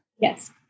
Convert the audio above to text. Yes